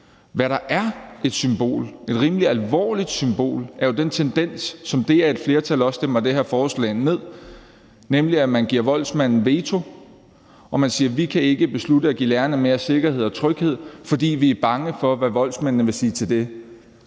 Hvad der er et symbol, et rimelig alvorligt symbol, er jo den tendens, som også ligger i det, at et flertal stemmer det her forslag ned, nemlig at man giver voldsmanden veto og siger, at vi ikke kan beslutte at give lærerne mere sikkerhed og tryghed, fordi vi er bange for, hvad voldsmændene vil sige til det.